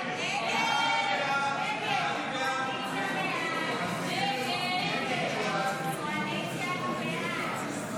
סעיף 19, כהצעת הוועדה, נתקבל.